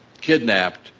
kidnapped